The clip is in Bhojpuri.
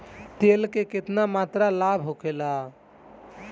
तेल के केतना मात्रा लाभ होखेला?